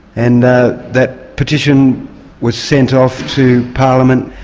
and that that petition was sent off to parliament.